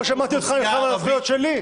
לא שמעתי אותך נלחם על הזכויות שלי.